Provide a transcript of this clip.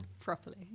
Properly